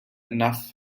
enough